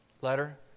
letter